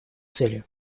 целью